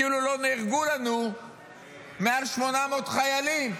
כאילו לא נהרגו מעל 800 חיילים,